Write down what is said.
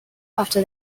after